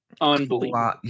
unbelievable